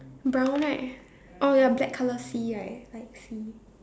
brown right oh ya black colour sea right black sea